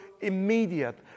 immediate